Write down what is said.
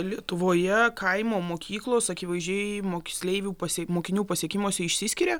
lietuvoje kaimo mokyklos akivaizdžiai moksleivių pasie mokinių pasiekimuose išsiskiria